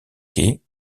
quais